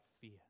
fear